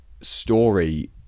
story